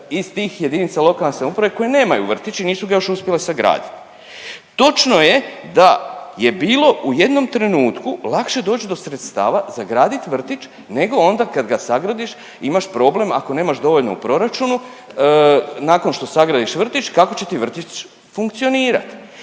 iz tih jedinica lokalne samouprave koje nemaju vrtić i nisu ga još uspjele sagradit. Točno je da je bilo u jednom trenutku lakše doć do sredstava sagradit vrtić nego onda kad ga sagradiš imaš problem ako nemaš dovoljno u proračunu nakon što sagradiš vrtić kako će ti vrtić funkcionirat.